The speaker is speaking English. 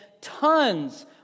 tons